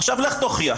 עכשיו לך תוכיח.